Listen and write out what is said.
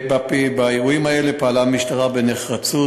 באירועים האלה פעלה המשטרה בנחרצות